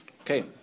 Okay